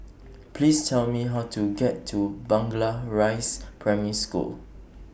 Please Tell Me How to get to Rise Primary School